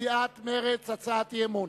הצעת סיעת מרצ להביע אי-אמון